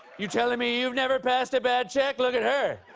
you telling me you've never passed a bad check. look at her.